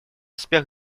успех